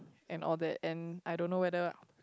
and all that and I don't know whether